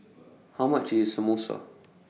How much IS Samosa